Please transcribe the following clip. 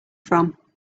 from